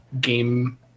game